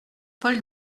paul